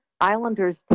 islanders